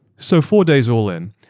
so, four days all in.